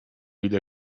ile